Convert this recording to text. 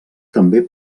també